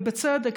ובצדק,